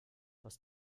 aus